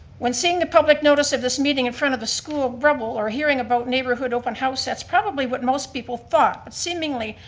when seeing the public notice of this meeting in front of the school rubble or hearing about neighborhood open house, that's probably what most people thought. seemingly,